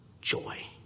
joy